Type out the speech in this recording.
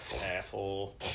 Asshole